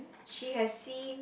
she has seen